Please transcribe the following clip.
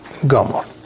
Gomor